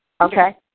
Okay